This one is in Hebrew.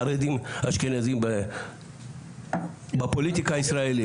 חרדים אשכנזים בפוליטיקה הישראלית.